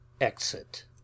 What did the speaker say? Exit